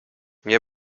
nie